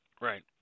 Right